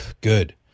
good